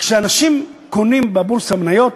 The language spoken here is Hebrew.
כשאנשים קונים בבורסה מניות